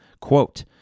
quote